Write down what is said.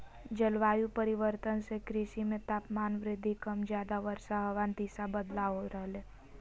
जलवायु परिवर्तन से कृषि मे तापमान वृद्धि कम ज्यादा वर्षा हवा दिशा बदलाव हो रहले